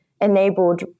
enabled